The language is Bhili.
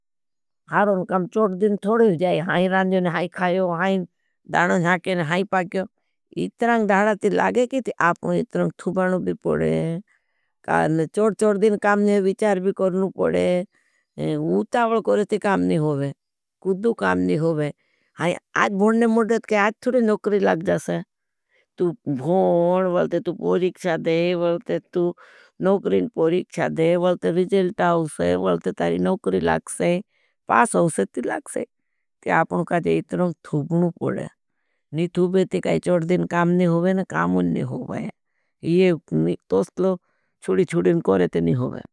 हारों काम चोड़ दिन थोड़ हो जाए, हाई रांजोने, हाई खायो, हाई दाणों शाके, हाई पाक्यों। इत्रांग दाणाती लागे की ती, आपने इत्रांग थुबानों भी पड़े। कारण चोड़-चोड़ दिन काम ने विचार भी करनों पड़े। उतावल करे ती काम ने होगे, कुद्धू काम ने होगे। हाई आज भोनने मुझे ती कहा, आज चोड़ ने नोकरी लाग जासे। आपने इत्रांग थुबानों भी पड़े। कारण चोड़ दिन काम ने होगे, कुद्धू काम ने होगे।